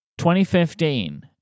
2015